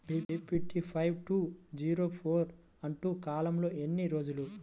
BPT five two zero four పంట కాలంలో ఎన్ని రోజులు?